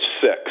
six